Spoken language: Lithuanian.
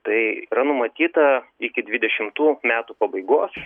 tai yra numatyta iki dvidešimtų metų pabaigos